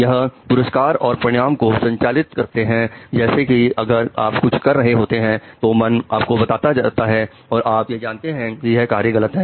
यह पुरस्कार और परिणाम को संचालित करता है जैसे कि अगर आप कुछ कर रहे होते हैं तो मन आपको बताता जाता है और आप यह जानते हैं कि यह कार्य गलत है